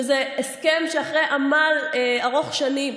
שהוא הסכם שהושג אחרי עמל ארוך שנים,